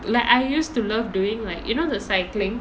like I used to love doing like you know the cycling